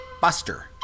Buster